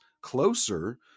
closer